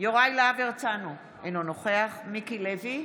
יוראי להב הרצנו, אינו נוכח מיקי לוי,